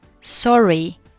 sorry